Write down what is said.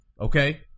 okay